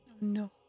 No